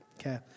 okay